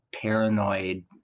paranoid